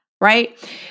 Right